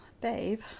babe